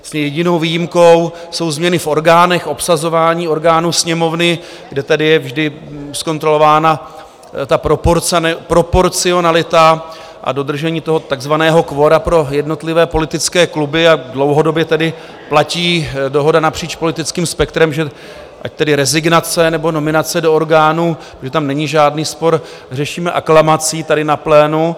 Vlastně jedinou výjimkou jsou změny v orgánech, obsazování orgánů Sněmovny, kde tedy je vždy zkontrolována proporcionalita a dodržení takzvaného kvora pro jednotlivé politické kluby, a dlouhodobě tedy platí dohoda napříč politickým spektrem, že ať tedy rezignace, nebo nominace do orgánů, když tam není žádný spor, řešíme aklamací tady na plénu.